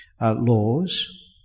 laws